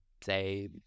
Say